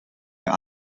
der